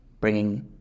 bringing